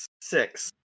six